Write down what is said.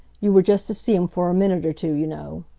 you were just to see him for a minute or two, you know.